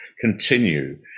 continue